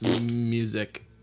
music